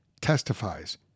testifies